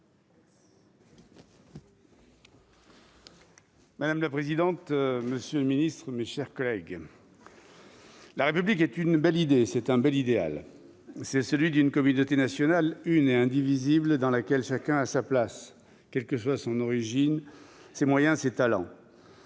Madame la présidente, monsieur le ministre, mes chers collègues, la République est une belle idée, un bel idéal, celui d'une communauté nationale une et indivisible dans laquelle chacun a sa place, quelle que soit son origine, ses moyens, ses talents.